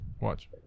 watch